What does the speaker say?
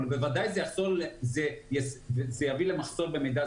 אבל בוודאי זה יביא למחסור במידע,